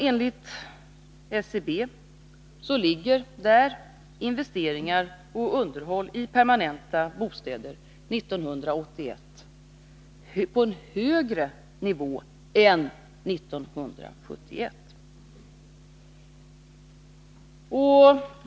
Enligt SCB ligger investeringar och underhåll i permanenta bostäder 1981 på en högre nivå än 1971.